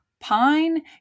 pine